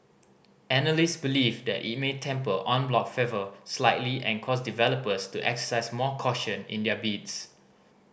analyst believe that it may temper en bloc fervour slightly and cause developers to exercise more caution in their bids